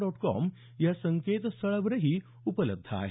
dot com या संकेतस्थळावरही उपलब्ध आहे